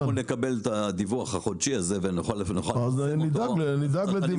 אם אנחנו נקבל את הדיווח החודשי הזה --- אז נדאג לזה.